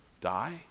die